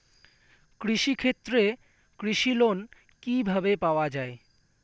কৃষি ক্ষেত্রে কৃষি লোন কিভাবে পাওয়া য়ায়?